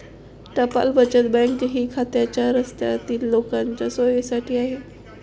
टपाल बचत बँक ही खालच्या स्तरातील लोकांच्या सोयीसाठी आहे